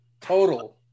total